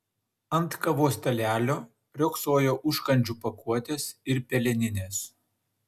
ant kavos stalelio riogsojo užkandžių pakuotės ir peleninės